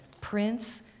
Prince